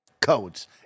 Codes